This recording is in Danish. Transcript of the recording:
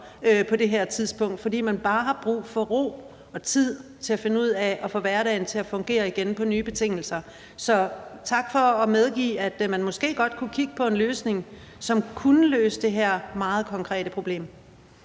på det tidspunkt, fordi man bare har brug for ro og tid til at finde ud af at få hverdagen til at fungere igen på nye betingelser. Så tak for at medgive, at man måske godt kunne kigge på en løsning, som kunne løse det her meget konkrete problem.